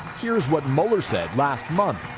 here's what mueller said last month.